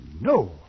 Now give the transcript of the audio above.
no